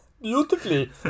Beautifully